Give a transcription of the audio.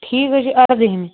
ٹھیٖک حظ چھُ اَردٲہِمہِ